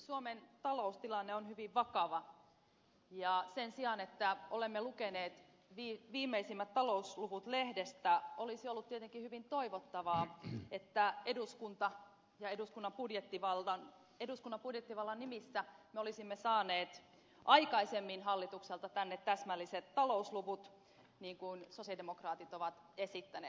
suomen taloustilanne on hyvin vakava ja sen sijaan että olemme lukeneet viimeisimmät talousluvut lehdestä olisi ollut tietenkin hyvin toivottavaa että eduskunnan budjettivallan nimissä me olisimme saaneet aikaisemmin hallitukselta tänne täsmälliset talousluvut niin kuin sosialidemokraatit ovat esittäneet